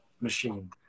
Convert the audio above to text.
machine